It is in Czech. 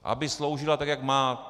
Aby sloužila tak, jak má.